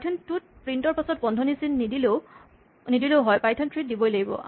Python two ত print ৰ পাছৰ বন্ধনী চিনটো নিদিলেও হয় পাইথন থ্ৰী ত দিবই লাগিব